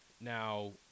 Now